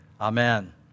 Amen